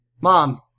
mom